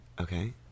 okay